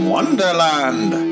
Wonderland